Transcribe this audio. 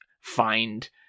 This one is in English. find